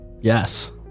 Yes